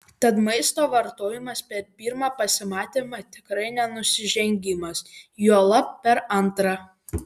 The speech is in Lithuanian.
tad maisto vartojimas per pirmą pasimatymą tikrai ne nusižengimas juolab per antrą